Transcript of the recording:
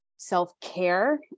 self-care